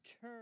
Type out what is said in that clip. turn